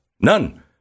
None